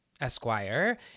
Esquire